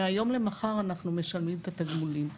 מהיום למחר אנחנו משלמים את התגמולים.